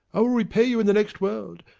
i will repay you in the next world.